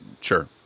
sure